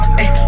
Hey